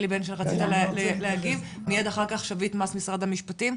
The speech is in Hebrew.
אלי רצית להגיב, מיד אחר כך ממשרד המשפטים.